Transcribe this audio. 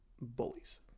bullies